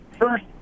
first